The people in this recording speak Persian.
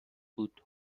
بود